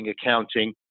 accounting